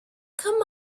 come